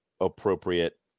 appropriate